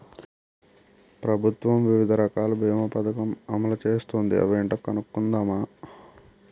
ప్రభుత్వం వివిధ రకాల బీమా పదకం అమలు చేస్తోంది అవేంటో కనుక్కుందామా?